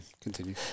continue